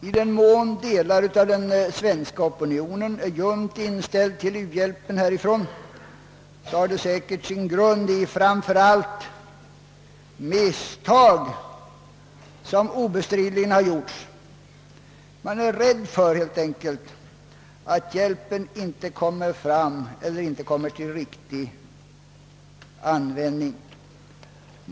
I den mån delar av den svenska opinionen är ljumt inställda till u-hjälp härifrån har det säkert sin grund i misstag som obestridligen har gjorts; man är helt enkelt rädd att hjälpen inte kommer fram eller inte kommer till riktig användning.